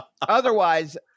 Otherwise